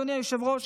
אדוני היושב-ראש,